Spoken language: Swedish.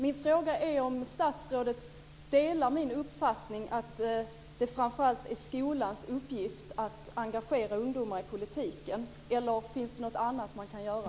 Min fråga är om statsrådet delar min uppfattning att det framför allt är skolans uppgift att engagera ungdomar i politiken. Eller finns det något annat som man kan göra?